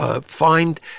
find